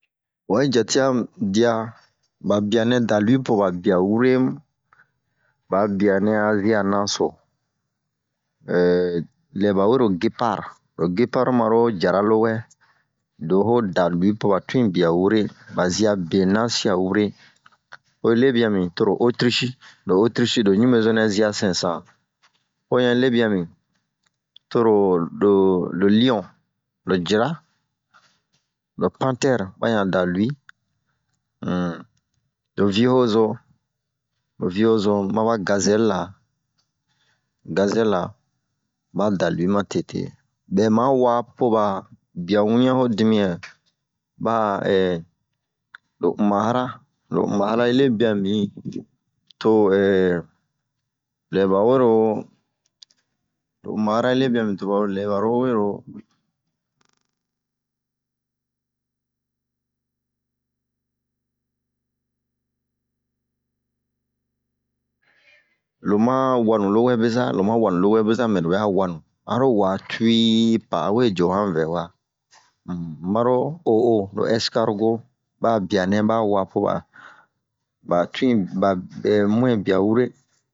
O yi jat'a bia ba bianɛ da lui po ba bia wure ba bia nɛ a zia na so lɛ bawero gepar lo gepar maro jara lowɛ loho da lui po ba tun bia wure ba zia benasia wure owe lie bini to otrich otrich lo ɲumɛzo nɛ zia sɛsan o ɲan lelia bini toro lo liɔ lo jara lo pantɛr ba ɲan da lui un lo viozo lo viozo maba gazel gazel ba da lui matete bɛ ma wa po ba bia wian ho dimia ba'aa ee lo umahara lo umahara hi lebia bin to ee lɛ bawero lo umahara hi lebia bin to ee lɛ bawero lo ma wanu lowɛ beza mɛ lobɛ wanu aro wa tuii pa awe jo han vɛwa maro oo eskargo ba'a nɛ ba wa poba muɛin bia wure